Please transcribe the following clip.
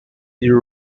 you